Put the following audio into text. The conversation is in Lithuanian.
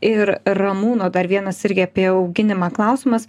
ir ramūno dar vienas irgi apie auginimą klausimas